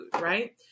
Right